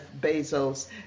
Bezos